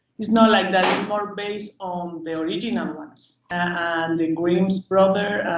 it's not like that. it's more based on the original ones and the grimm so brothers